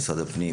למשרד הפנים,